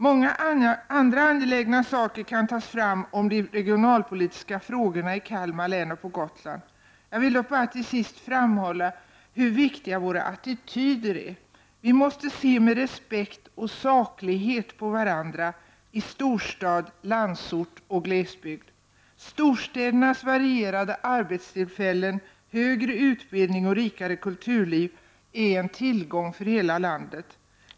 Många andra angelägna saker kan tas fram om de regionalpolitiska frågorna i Kalmar län och på Gotland. Jag vill dock bara till sist framhålla hur viktiga våra attityder är. Vi måste se med respekt och saklighet på varandra i storstad, landsort och glesbygd. Storstädernas varierade arbetstillfällen, högre utbildning och rikare kulturliv är en tillgång för hela landet.